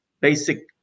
basic